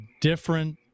different